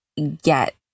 get